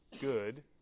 good